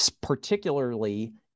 particularly